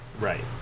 Right